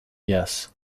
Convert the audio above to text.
yes